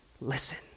listen